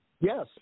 Yes